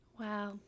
Wow